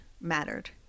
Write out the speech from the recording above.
mattered